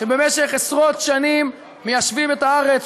שבמשך עשרות שנים מיישבים את הארץ,